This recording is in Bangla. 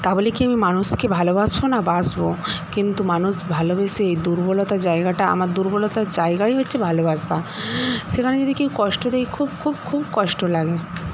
তা বলে কি আমি মানুষকে ভালবাসবো না বাসবো কিন্তু মানুষ ভালোবেসে দুর্বলতা জায়গাটা আমার দুর্বলতা জায়গাই হচ্ছে ভালোবাসা সেখানে যদি কেও কষ্ট দেয় খুব খুব খুব কষ্ট লাগে